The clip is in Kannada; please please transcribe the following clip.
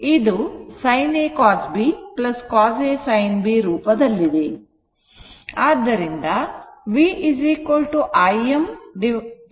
ಇದು sin A cos B cos A sin B ರೂಪದಲ್ಲಿದೆ